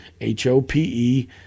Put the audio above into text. H-O-P-E